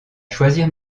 choisir